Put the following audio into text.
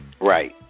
Right